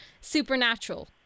Supernatural